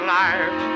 life